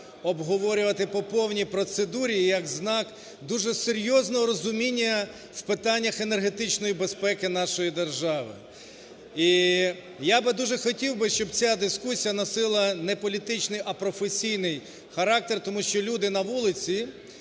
обговорювати по повній процедурі, - і як знак дуже серйозного розуміння в питаннях енергетичної безпеки нашої держави. І я би дуже хотів би, щоб ця дискусія носила не політичний, а професійний характер, тому що люди на вулиці,